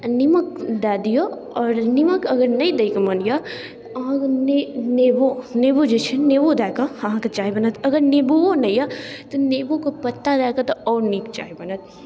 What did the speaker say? निम्मक द दियौ आओर निम्मक अगर नहि दैके मोन अइ अहाँ नेबो नेबो जे छै नेबो दऽ कऽ अहाँके चाइ बनत अगर नेबोओ नहि अइ तऽ नेबोके पत्ता दऽ कऽ आओर नीक चाइ बनत